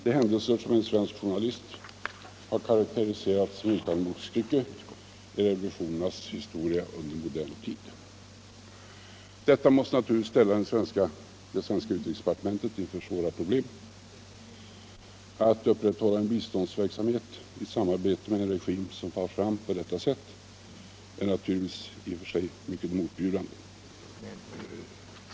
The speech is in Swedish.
Det är händelser som en svensk journalist har karakteriserat såsom utan motstycke i revolutionerpas historia under modern tid. Detta måste naturligtvis ställa det svenska utrikesdepartementet inför stora problem. Att upprätthålla en biståndsverksamhet i samarbete med en regim som far fram på detta sätt är givetvis i och för sig mycket motbjudande.